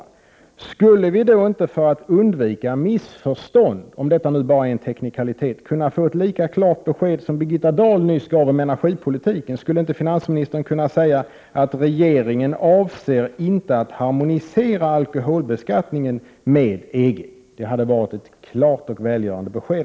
Om detta nu bara är en teknikalitet, skulle vi då inte för att undvika missförstånd kunna få ett lika klart besked av finansministern som det 107 Birgitta Dahl nyss gav om energipolitiken? Skulle inte finansministern kunna säga att regeringen inte avser att harmonisera alkoholbeskattningen med EG? Det skulle vara ett klart och välgörande besked.